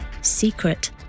secret